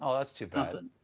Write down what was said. um that's too bad. and